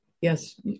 Yes